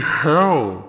hell